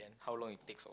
and how long it takes or